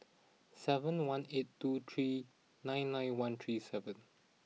seven one eight two three nine nine one three seven